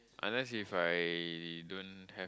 unless if I don't have